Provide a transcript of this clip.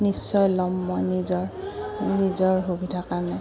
নিশ্চয় ল'ম মই নিজৰ নিজৰ সুবিধাৰ কাৰণে